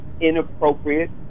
inappropriate